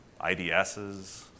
IDSs